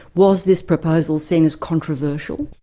was this proposal seen as controversial?